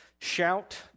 Shout